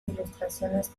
ilustraciones